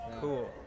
Cool